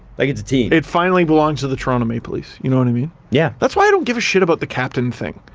like it's a team. it finally belongs to the toronto. maple leafs, you know what i mean? yeah. that's why i don't give a shit about the captain thing.